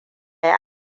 ya